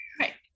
Right